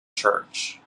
church